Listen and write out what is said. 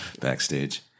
backstage